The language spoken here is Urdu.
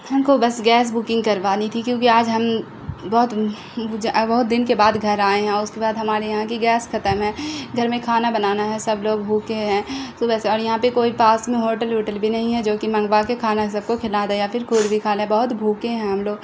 ہم کو بس گیس بکنگ کروانی تھی کیوںکہ آج ہم بہت بہت دن کے بعد گھر آئے ہیں اور اس کے بعد ہمارے یہاں کی گیس ختم ہے گھر میں کھانا بنانا ہے سب لوگ بھوکے ہیں صبح سے اور یہاں پہ کوئی پاس میں ہوٹل اوٹل بھی نہیں ہے جوکہ منگوا کے کھانا سب کو کھلا دے یا پھر خود بھی کھا لے بہت بھوکے ہیں ہم لوگ